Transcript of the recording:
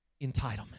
entitlement